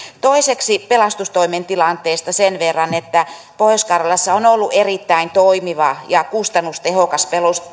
toiseksi pelastustoimen tilanteesta sen verran että pohjois karjalassa on ollut erittäin toimiva ja kustannustehokas